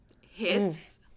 hits